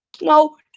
No